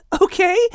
Okay